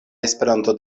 esperanto